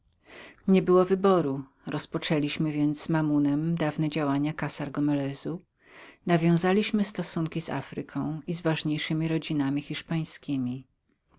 nie było co czynić rozpoczęliśmy więc z mammonem dawne działania kassar gomelezów mianowicie związki z afryką i z ważniejszemi rodzinami hiszpańskiemi